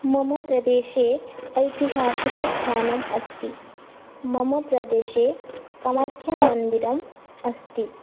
मम प्रदेशे ऐतिहासिकस्थानम् अस्ति मम प्रदेशे कामाख्यामन्दिरम् अस्ति